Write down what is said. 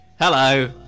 Hello